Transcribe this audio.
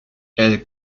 elle